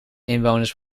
inwoners